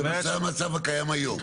זה המצב הקיים היום.